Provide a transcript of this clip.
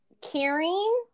caring